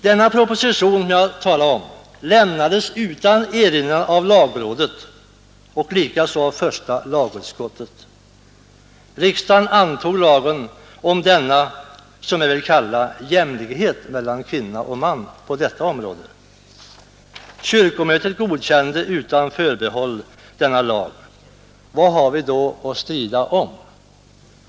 Propositionen lämnades utan erinran av lagrådet och av första lagutskottet. Riksdagen antog lagen om denna ”jämlikhet” mellan kvinna och man på detta område. Kyrkomötet godkände utan förbehåll detta lagförslag. Vad har vi då att strida om?